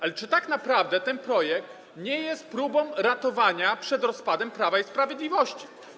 Ale czy tak naprawdę ten projekt nie jest próbą ratowania przed rozpadem Prawa i Sprawiedliwości?